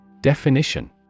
Definition